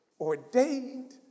ordained